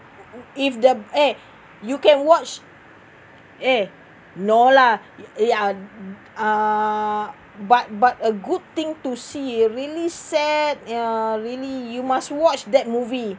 if the eh you can watch eh no lah it uh ya uh but but a good thing to see uh really sad ya really you must watch that movie